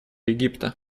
египта